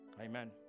Amen